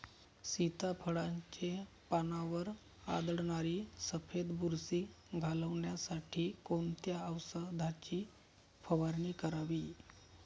सीताफळाचे पानांवर आढळणारी सफेद बुरशी घालवण्यासाठी कोणत्या औषधांची फवारणी करावी?